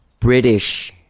british